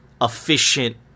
efficient